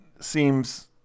seems